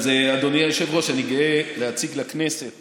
אז אדוני היושב-ראש, אני גאה להציג לכנסת